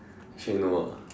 actually no ah